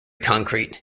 concrete